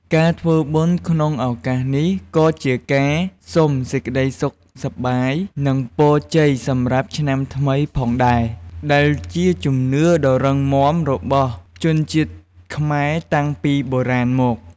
ការធ្វើបុណ្យក្នុងឱកាសនេះ ក៏ជាការសុំសេចក្តីសុខសប្បាយ និងពរជ័យសម្រាប់ឆ្នាំថ្មីផងដែរ ដែលជាជំនឿដ៏រឹងមាំរបស់ជនជាតិខ្មែរតាំងពីបុរាណមក។